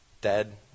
Dead